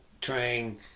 trying